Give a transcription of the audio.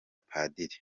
padiri